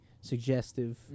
suggestive